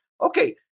okay